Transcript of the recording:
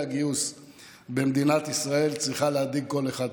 הגיוס במדינת ישראל צריכה להדאיג כל אחד פה.